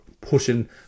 pushing